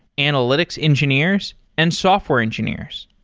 analytics engineers and software engineers.